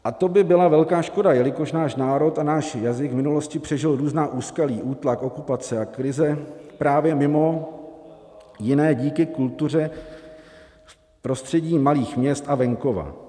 A to by byla veliká škoda, jelikož náš národ a náš jazyk v minulosti přežil různá úskalí, útlak, okupace a krize právě mimo jiné díky kultuře v prostředí malých měst a venkova.